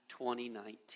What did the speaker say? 2019